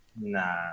Nah